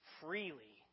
freely